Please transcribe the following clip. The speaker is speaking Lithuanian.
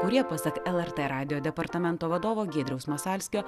kurie pasak lrt radijo departamento vadovo giedriaus masalskio